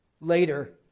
later